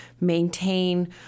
maintain